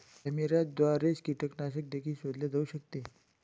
कॅमेऱ्याद्वारे कीटकनाशक देखील शोधले जाऊ शकते